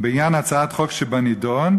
בעניין הצעת החוק שבנדון.